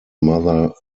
mother